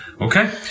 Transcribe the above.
okay